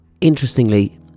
Interestingly